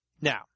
Now